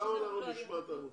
נשמע את העמותות.